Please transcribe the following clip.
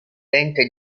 dente